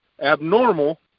abnormal